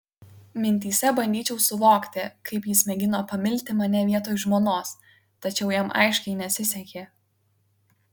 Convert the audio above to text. mintyse bandyčiau suvokti kaip jis mėgino pamilti mane vietoj žmonos tačiau jam aiškiai nesisekė